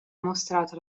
mostrato